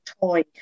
toy